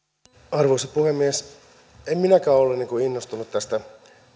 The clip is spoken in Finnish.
arvoisa puhemies en minäkään ole innostunut tästä